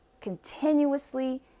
continuously